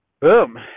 Boom